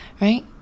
right